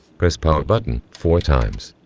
press power button four times.